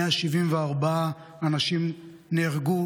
174 אנשים נהרגו,